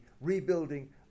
rebuilding